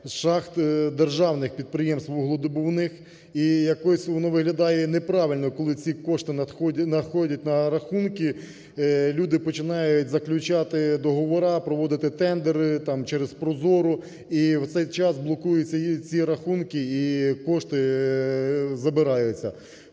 шахт, державних підприємств вугледобувних. І якось воно виглядає неправильно, коли ці кошти надходять на рахунки, люди починають заключати договори, проводити тендери там через ProZorro і в цей час блокуються і ці рахунки, і кошти забираються.